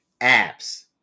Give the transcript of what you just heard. apps